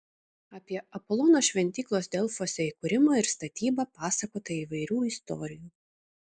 apie apolono šventyklos delfuose įkūrimą ir statybą pasakota įvairių istorijų